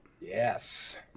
Yes